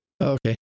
okay